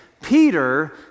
Peter